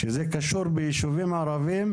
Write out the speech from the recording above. כשזה קשור ביישובים ערבים,